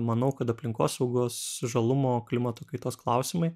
manau kad aplinkosaugos žalumo klimato kaitos klausimai